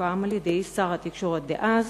שהוקם על-ידי שר התקשורת דאז